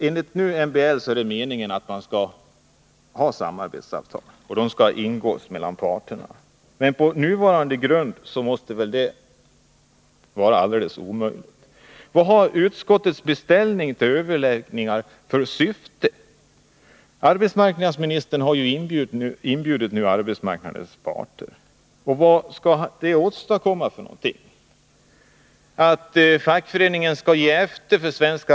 Enligt MBL är det nu meningen att samarbetsavtal skall ingås mellan parterna. På nuvarande grund måste det vara helt omöjligt. Vilket syfte har utskottet med sin beställning av överläggningar? Arbetsmarknadsministern har nu inbjudit arbetsmarknadens parter till överläggningar. Vad menar han skall åstadkommas vid dessa?